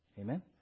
Amen